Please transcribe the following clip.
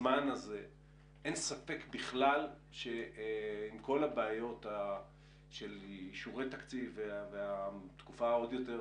אין ספק בכלל שלמרות כל הבעיות של אישורי תקציב והתקופה העוד יותר